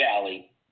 valley